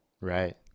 Right